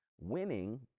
winning